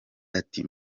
ati